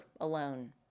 alone